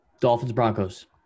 Dolphins-Broncos